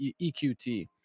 EQT